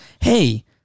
hey